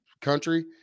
country